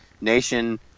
nation